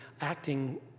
acting